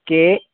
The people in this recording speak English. K